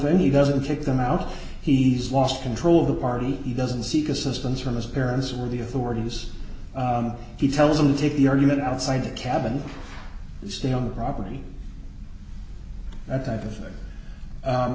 thing he doesn't kick them out he's lost control of the party he doesn't seek assistance from his parents with the authorities he tells them to take the argument outside the cabin stay on the property that type of